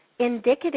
indicative